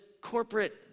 corporate